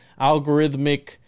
algorithmic